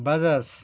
Bajaj